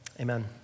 amen